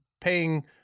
paying